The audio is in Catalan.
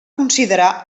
considerar